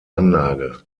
anlage